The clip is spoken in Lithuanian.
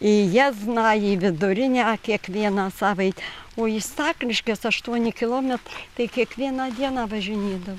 į jiezną į vidurinę kiekvieną savaitę o į stakliškes aštuoni kilome tai kiekvieną dieną važinėdav